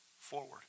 forward